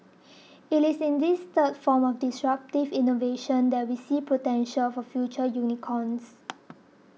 it is in this third form of disruptive innovation that we see potential for future unicorns